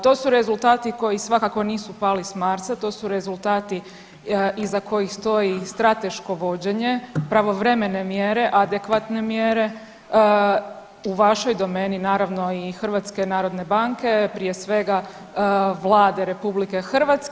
To su rezultati koji svakako nisu pali s Marsa, to su rezultati iza kojih stoji strateško vođenje, pravovremene mjere, adekvatne mjere, u vašoj domeni naravno i HNB-a, prije svega Vladi RH.